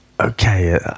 okay